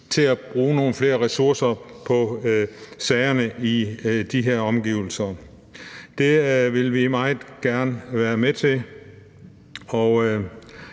til at bruge nogle flere ressourcer på sagerne i de her omgivelser. Det vil vi meget gerne være med til,